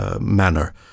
manner